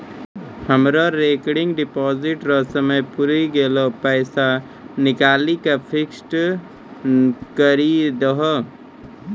हमरो recurring deposit रो समय पुरी गेलै पैसा निकालि के फिक्स्ड करी दहो